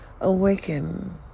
Awaken